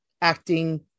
acting